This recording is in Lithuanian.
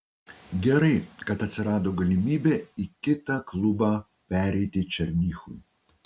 gerai kad atsirado galimybė į kitą klubą pereiti černychui